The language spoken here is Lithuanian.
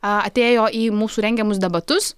a atėjo į mūsų rengiamus debatus